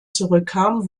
zurückkam